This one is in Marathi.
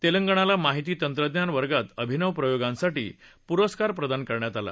तेलंगणाला माहिती तंत्रज्ञान वर्गात अभिनव प्रयोगांसाठी पुरस्कार प्रदान करण्यात आला